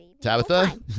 Tabitha